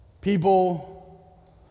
People